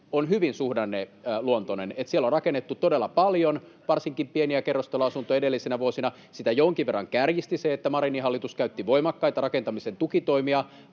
on hyvin suhdanneluontoinen. Siellä on rakennettu todella paljon varsinkin pieniä kerrostaloasuntoja edellisinä vuosina. Sitä jonkin verran kärjisti se, että Marinin hallitus käytti voimakkaita rakentamisen tukitoimia